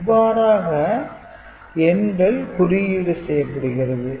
இவ்வாறாக எண்கள் குறியீடு செய்யப் படுகிறது